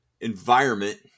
environment